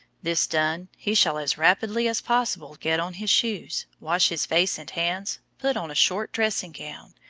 this done, he shall as rapidly as possible get on his shoes, wash his face and hands, put on a short dressing-gown,